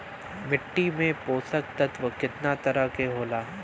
मिट्टी में पोषक तत्व कितना तरह के होला?